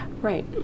Right